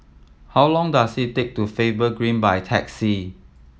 how long does it take to Faber Green by taxi